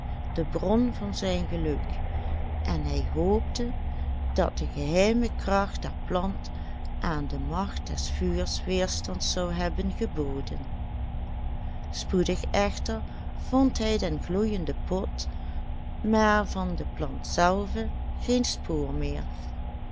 de bron van zijn geluk en hij hoopte dat de geheime kracht der plant aan de magt des vuurs weerstand zou hebben geboden spoedig echter vond hij den gloeijenden pot maar van de plant zelve geen spoor meer